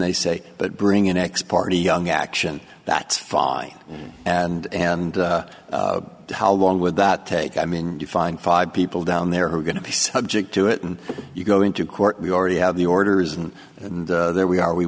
they say but bring in x party young action that's fine and and how long would that take i mean to find five people down there who are going to be subject to it and you go into court we already have the order isn't and there we are we